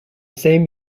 same